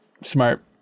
Smart